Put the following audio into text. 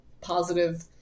positive